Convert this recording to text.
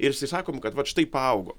ir sakome kad vat štai paaugo